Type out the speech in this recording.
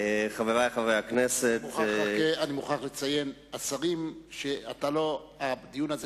אני מוכרח לציין שהשרים שהדיון הזה